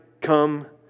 come